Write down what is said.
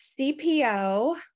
CPO